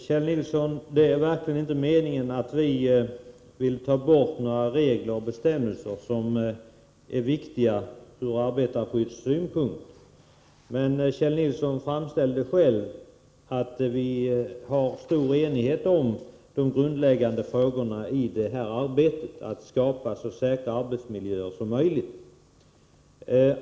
Herr talman! Det är verkligen inte så, Kjell Nilsson, att vi vill ta bort bestämmelser som är viktiga ur arbetarskyddssynpunkt. Kjell Nilsson sade själv att det råder stor enighet i de grundläggande frågorna när det gäller att skapa så säkra arbetsmiljöer som möjligt.